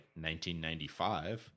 1995